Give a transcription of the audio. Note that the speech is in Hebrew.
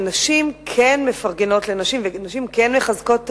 של נשים שכן מפרגנות לנשים ונשים כן מחזקות נשים,